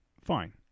Fine